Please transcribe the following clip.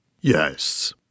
Yes